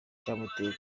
icyamuteye